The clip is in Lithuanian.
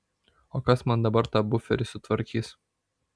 o kas man dabar tą buferį sutvarkys